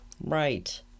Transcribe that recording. Right